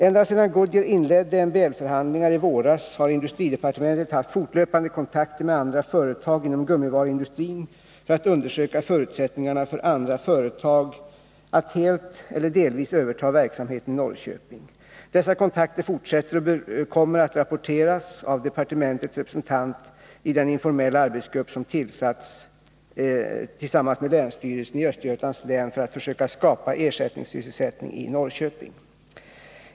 Ända sedan Goodyear i våras inledde MBL-förhandlingar har industridepartementet haft fortlöpande kontakter med andra företag inom gummivaruindustrin för att undersöka förutsättningarna för andra företag att helt eller delvis överta verksamheten i Norrköping. Dessa kontakter fortsätter och kommer att rapporteras av departementets representant i den informella arbetsgrupp som tillsatts tillsammans med länsstyrelsen i Östergötlands län för att försöka skapa ersättningssysselsättning i Norrköping.